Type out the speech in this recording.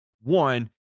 One